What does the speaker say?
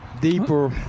deeper